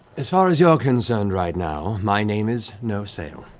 as far as you're concerned right now, my name is no sale.